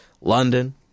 London